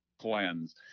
cleanse